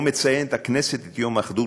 שבו מציינת הכנסת את יום האחדות,